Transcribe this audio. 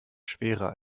schwerer